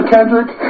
Kendrick